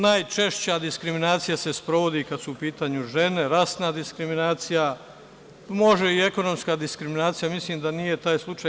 Najčešća diskriminacija se sprovodi kada su u pitanju žene, rasna diskriminacija, može i ekonomska diskriminacija, mislim da nije taj slučaj.